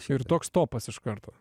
ir toks topas iš karto